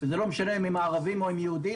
ולא משנה אם הם יהודים או ערבים,